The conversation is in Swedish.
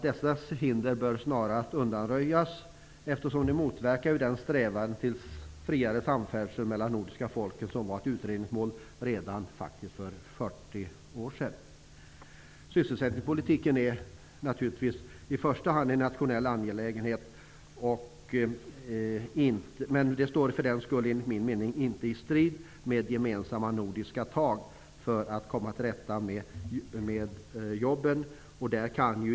Dessa hinder bör snarast undanröjas eftersom de motverkar den strävan till friare samfärdsel mellan de nordiska folken som faktiskt var ett utredningsmål redan för Sysselsättningspolitiken är naturligtvis i första hand en nationell angelägenhet, men den står för den skull enligt min mening inte i strid med gemensamma nordiska tag för att komma till rätta med bristen på jobb.